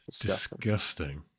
Disgusting